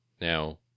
Now